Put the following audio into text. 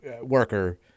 worker